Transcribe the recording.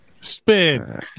Spin